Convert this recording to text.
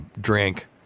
drink